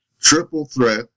triple-threat